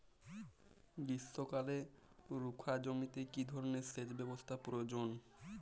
গ্রীষ্মকালে রুখা জমিতে কি ধরনের সেচ ব্যবস্থা প্রয়োজন?